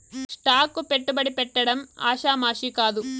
stock కు పెట్టుబడి పెట్టడం ఆషామాషీ కాదు